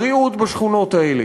בריאות בשכונות האלה,